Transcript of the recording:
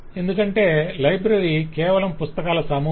ఎందుకంటే లైబ్రరీ కేవలం పుస్తకాల సమూహం